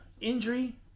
injury